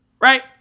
right